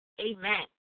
Amen